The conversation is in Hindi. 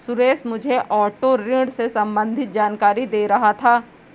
सुरेश मुझे ऑटो ऋण से संबंधित जानकारी दे रहा था